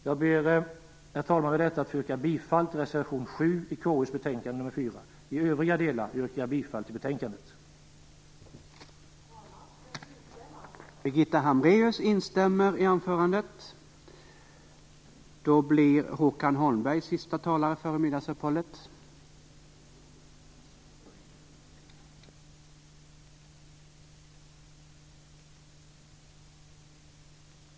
Jag ber med detta, herr talman, att få yrka bifall till reservation 7 i KU:s betänkande nr 4. I övriga delar yrkar jag bifall till hemställan i betänkandet.